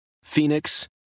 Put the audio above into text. phoenix